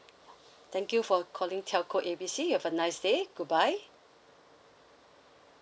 thank you for calling telco A B C you have a nice day goodbye